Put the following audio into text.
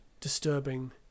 disturbing